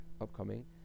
upcoming